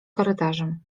korytarzem